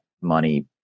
money